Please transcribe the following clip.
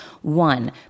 One